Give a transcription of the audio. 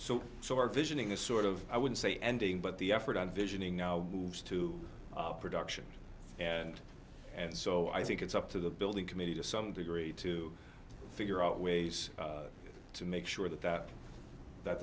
so our vision is sort of i would say ending but the effort on visioning now moves to production and and so i think it's up to the building committee to some degree to figure out ways to make sure that that that